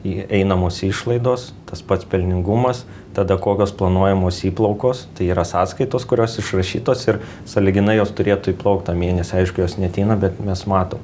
įeinamosios išlaidos tas pats pelningumas tada kokios planuojamos įplaukos tai yra sąskaitos kurios išrašytos ir sąlyginai jos turėtų įplaukt tą mėnesį aišku jos neateina bet mes matom